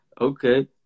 Okay